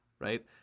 right